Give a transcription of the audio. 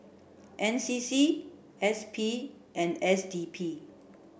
N C C S P and S D P